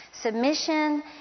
Submission